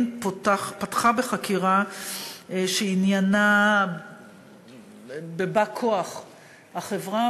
פתחה בחקירה שעניינה בא-כוח החברה,